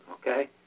okay